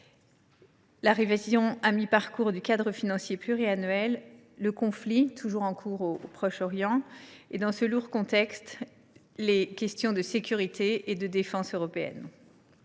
la révision à mi parcours du cadre financier pluriannuel ; le conflit toujours en cours au Proche Orient ; et, dans ce lourd contexte, les questions de sécurité et de défense européennes.